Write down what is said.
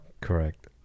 Correct